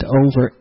over